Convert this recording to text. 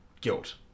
guilt